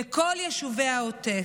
לכל יישובי העוטף.